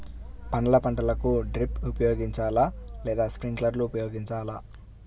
పండ్ల పంటలకు డ్రిప్ ఉపయోగించాలా లేదా స్ప్రింక్లర్ ఉపయోగించాలా?